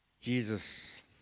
Jesus